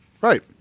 Right